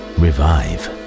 revive